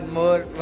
more